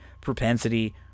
Propensity